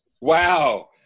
Wow